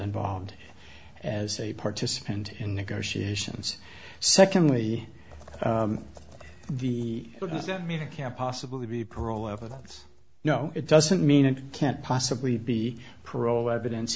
involved as a participant in negotiations secondly the media can't possibly be parole evidence no it doesn't mean it can't possibly be parole evidence